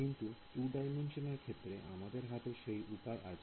কিন্তু 2 ডাইমেনশন এর ক্ষেত্রে আমাদের হাতে সেই উপায় আছে